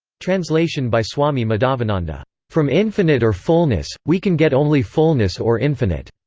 translation by swami madhavananda from infinite or fullness, we can get only fullness or infinite.